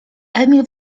emil